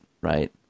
right